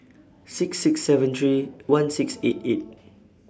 six six seven three one six eight eight